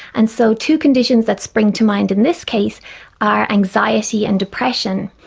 and so two conditions that spring to mind in this case are anxiety and depression.